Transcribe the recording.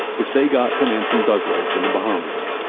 which they got from anslem douglas in the bahamas